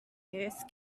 use